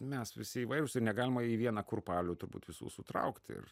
mes visi įvairūs ir negalima į vieną kurpalių turbūt visų sutraukt ir